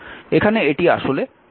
এখানে এটি আসলে 2πt